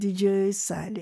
didžiojoj salėj